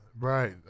Right